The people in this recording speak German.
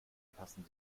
passen